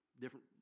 different